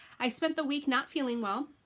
i spent the week not feeling well,